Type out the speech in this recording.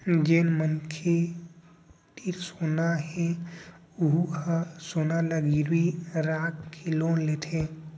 जेन मनखे तीर सोना हे वहूँ ह सोना ल गिरवी राखके लोन लेथे